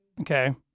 Okay